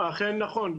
נכון.